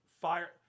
fire